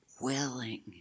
willing